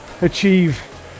achieve